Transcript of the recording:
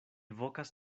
vokas